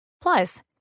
Plus